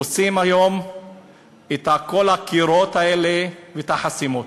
עושים היום את כל הקירות האלה ואת החסימות.